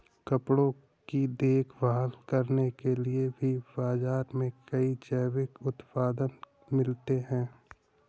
कपड़ों की देखभाल करने के लिए भी बाज़ार में कई जैविक उत्पाद मिलते हैं